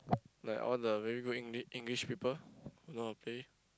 like all the very good Engli~ English people who know how to play